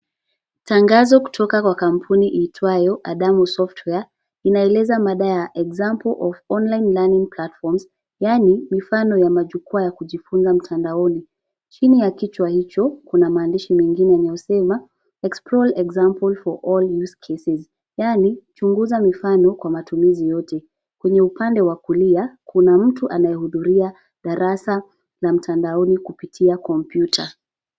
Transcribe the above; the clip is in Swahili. Tangazo kutoka kwa kampuni iitwayo Adamo Software inaeleza mada ya example of online learning platforms yaani mfano wa majukwa ya kujifunza mtandaoni. Chini ya kichwa hicho, kuna maandishi mengine yanayosema explore example for all use cases yaani chunguza mifano kwa matumizi yote. Kwenye upande wa kulia, kuna mtu anayehudhuria darasa ya mtandaoni kupitia kompyuta.